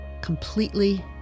completely